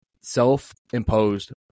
self-imposed